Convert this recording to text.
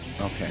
Okay